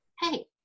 Hey